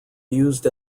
used